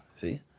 see